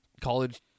college